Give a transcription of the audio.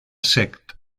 sect